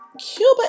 Cuba